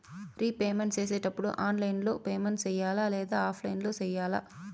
repayment సేసేటప్పుడు online లో payment సేయాలా లేదా ఆఫ్లైన్ లో సేయాలా